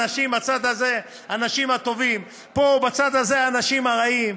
בצד הזה האנשים הטובים ובצד הזה האנשים הרעים,